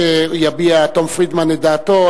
כשיביע תומס פרידמן את דעתו,